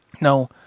Now